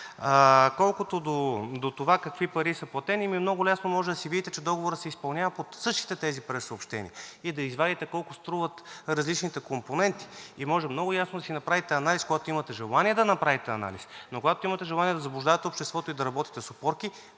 Колкото до това какви пари са платени, ами, много лесно може да си видите, че Договорът се изпълнява, по същите тези прессъобщения и да извадите колко струват различните компоненти. Може много ясно да си направите анализ, когато имате желание да направите анализ, но когато имате желание да заблуждавате обществото и да работите с опорки,